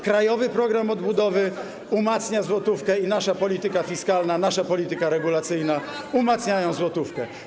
Krajowy Plan Odbudowy umacnia złotówkę i nasza polityka fiskalna oraz nasza polityka regulacyjna umacniają złotówkę.